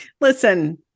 listen